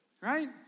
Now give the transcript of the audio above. Right